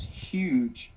huge